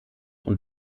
und